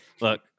Look